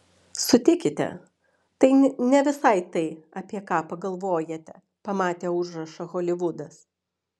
sutikite tai ne visai tai apie ką pagalvojate pamatę užrašą holivudas